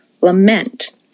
lament